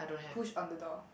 push on the door